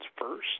first